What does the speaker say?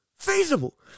feasible